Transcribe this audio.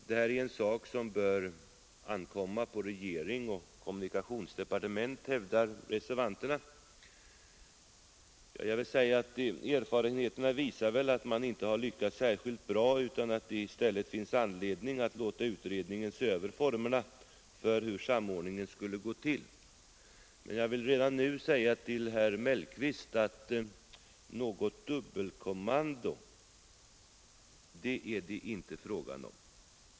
Det är en sak som bör ankomma på regeringen och kommunikationsdepartementet, hävdar reservanterna. Jag vill till det säga att erfarenheterna visar väl att man inte har lyckats särskilt bra utan att det i stället finns anledning att låta utredningen se över formerna för samordningen. Jag vill emellertid redan nu framhålla för herr Mellqvist att något dubbelkommando är det inte fråga om.